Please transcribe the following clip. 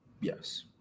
Yes